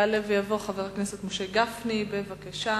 יעלה ויבוא חבר הכנסת משה גפני, בבקשה.